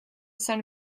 seine